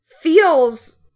feels